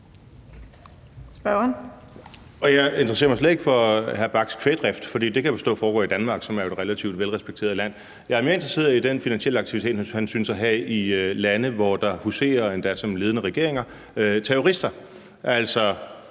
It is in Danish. Jeg interesserer mig slet ikke for hr. Christian Friis Bachs kvægdrift, for det kan jeg forstå foregår i Danmark, som er et relativt højt respekteret land. Jeg er mere interesseret i den finansielle aktivitet, han synes at have i lande, hvor der huserer, endda som ledede regeringer, terrorister,